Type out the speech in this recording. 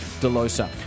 DeLosa